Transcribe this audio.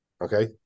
Okay